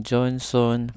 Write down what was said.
Johnson